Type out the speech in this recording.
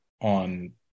on